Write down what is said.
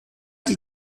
die